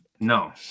No